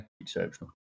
Exceptional